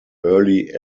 early